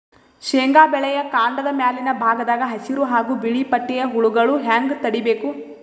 ಶೇಂಗಾ ಬೆಳೆಯ ಕಾಂಡದ ಮ್ಯಾಲಿನ ಭಾಗದಾಗ ಹಸಿರು ಹಾಗೂ ಬಿಳಿಪಟ್ಟಿಯ ಹುಳುಗಳು ಹ್ಯಾಂಗ್ ತಡೀಬೇಕು?